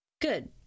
Good